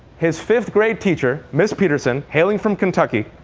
his fifth grade teacher, ms. peterson, hailing from kentucky,